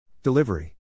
Delivery